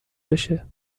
بشه